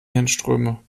hirnströme